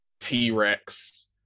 t-rex